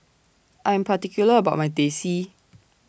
I Am particular about My Teh C